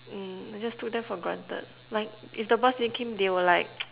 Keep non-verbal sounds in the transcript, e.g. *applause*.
mm I just took them for granted like if the bus didn't came they were like *noise*